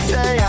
Say